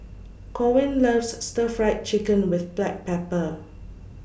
Corwin loves Stir Fried Chicken with Black Pepper